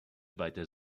weiter